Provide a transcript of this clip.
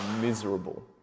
miserable